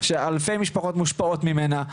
שאלפי משפחות מושפעות ממנה,